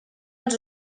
els